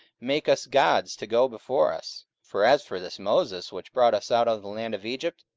make us gods to go before us for as for this moses, which brought us out of the land of egypt,